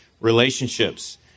relationships